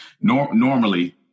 Normally